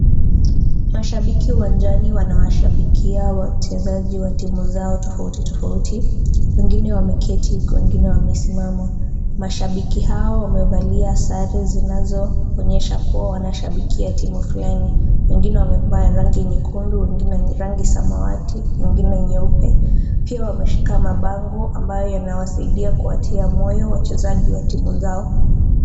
Mashabiki uwanjani wanashabikia matimu zao tofauti tofauti. Wengine wameketi huku wengine wamesimama. Mashabiki hao wamevalia sare zinazo onyesha mashabiki hao wanashabikia timu fulani. Wengine wamevaa rangi nyekundu, wengine rangi samawati, wengine nyeupe, pia wameshika mabango ambayo yanawasaidia kuwatia moyo wachezaji wa timu zao.